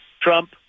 Trump